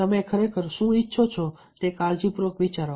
તમે ખરેખર શું ઇચ્છો છો તે કાળજીપૂર્વક વિચારો